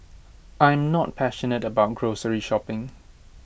I am not passionate about grocery shopping